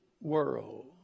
world